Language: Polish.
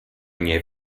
nie